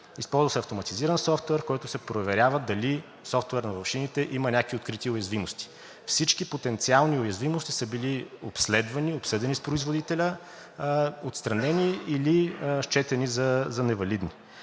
Използва се автоматизиран софтуер, който се проверява дали софтуерът на машините има някакви открити уязвимости. Всички потенциални уязвимости са били обследвани, обсъдени с производителя, отстранени или счетени за невалидни.